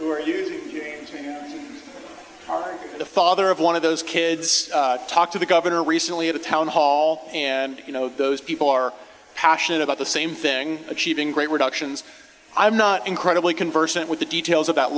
you the father of one of those kids talk to the governor recently at a town hall and you know those people are passionate about the same thing achieving great reductions i'm not incredibly conversant with the details about